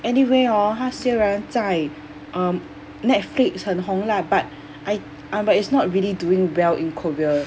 anyway orh 他虽然在 um netflix 很红 lah but I I but it's not really doing well in korea